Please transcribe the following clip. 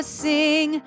sing